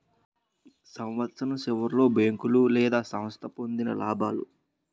సంవత్సరం సివర్లో బేంకోలు లేదా సంస్థ పొందిన లాబాలు